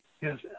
Yes